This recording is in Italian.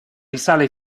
risale